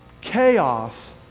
Chaos